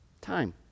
Time